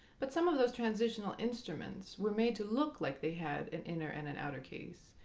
but some of those transitional instruments were made to look like they had an inner and and outer case,